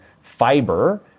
fiber